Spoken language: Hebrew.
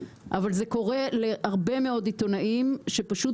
אבל זה קורה להרבה מאוד עיתונאים שפשוט